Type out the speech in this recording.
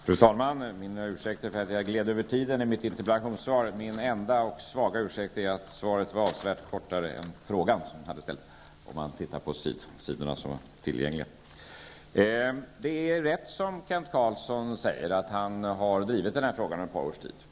Fru talman! Jag ber om ursäkt för att jag drog över tiden i mitt interpellationssvar. Min enda och svaga ursäkt är att svaret var avsevärt kortare än den interpellation som framställts. Det är riktigt, som Kent Carlsson säger, att han har drivit den här frågan i ett par års tid.